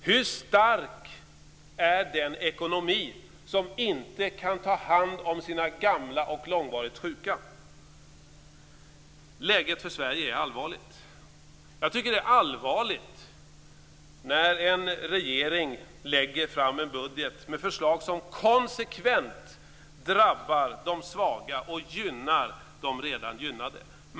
Hur stark är den ekonomi som inte kan ta hand om sina gamla och långvarigt sjuka? Läget för Sverige är allvarligt. Det är allvarligt när en regering lägger fram en budget med förslag som konsekvent drabbar de svaga och gynnar de redan gynnade.